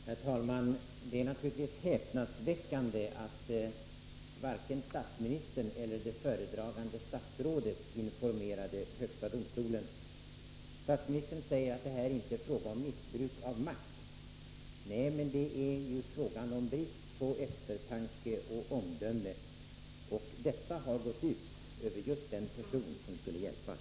Herr talman! Det är naturligtvis häpnadsväckande att varken statsministern eller det föredragande statsrådet informerade högsta domstolen. Statsministern säger att det här inte är fråga om missbruk av makt — nej, men det är fråga om brist på eftertanke och omdöme. Detta har gått ut över just den person som skulle hjälpas.